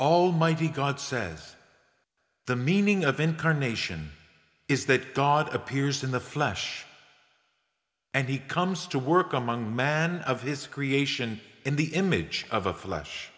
almighty god says the meaning of incarnation is that god appears in the flesh and he comes to work among man of his creation in the image of